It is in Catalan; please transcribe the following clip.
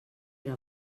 era